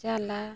ᱪᱟᱞᱟ